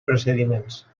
procediments